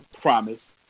promise